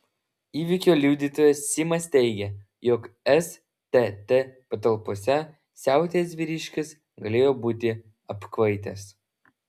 įvykio liudytojas simas teigė jog stt patalpose siautėjęs vyriškis galėjo būti apkvaitęs